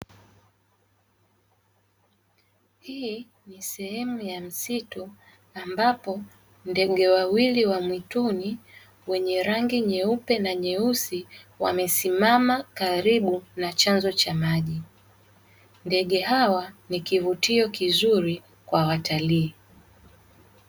Hii ni sehemu ya msitu ambapo ndege wawili wa mwituni wenye rangi nyeupe na nyeusi wamesimama karibu na chanzo cha maji. Ndege hawa ni kivutio kizuri kwa watalii.